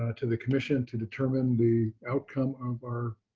ah to the commission to determine the outcome of our